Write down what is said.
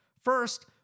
First